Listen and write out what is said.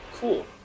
Cool